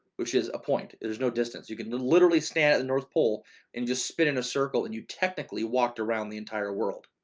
which is a point, there's no distance, you can literally stand at the north pole and just spin in a circle and you technically walked around the entire world.